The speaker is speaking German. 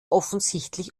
offensichtlich